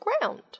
ground